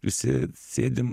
visi sėdim